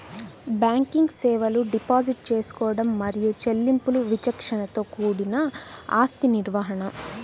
banking సేవలు deposit తీసుకోవడం మరియు చెల్లింపులు విచక్షణతో కూడిన ఆస్తి నిర్వహణ,